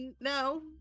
No